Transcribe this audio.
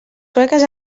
sueques